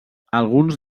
alguns